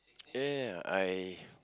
ya ya I